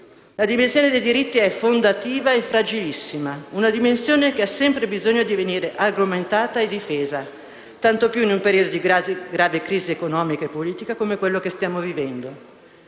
La dimensione dei diritti è fondativa e fragilissima. È una dimensione che ha sempre bisogno di venir argomentata e difesa, tanto più in un periodo di grave crisi economica e politica come quello che stiamo vivendo.